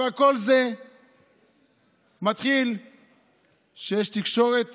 אבל כל זה מתחיל כשיש תקשורת